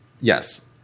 Yes